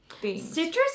Citrus